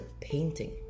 painting